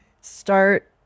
start